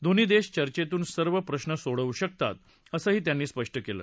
दोन्ही देश चर्चेतून सर्व प्रश्न सोडवू शकतात असं त्यांनी स्पष्ट केलं